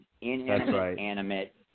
Inanimate